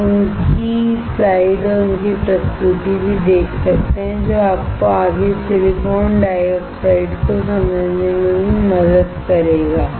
आप उनकी स्लाइड और उनकी प्रस्तुति भी देख सकते हैं जो आपको आगे सिलिकॉन डाइऑक्साइड को समझने में भी मदद करेगा